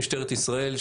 משטרת ישראל,